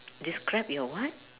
describe your what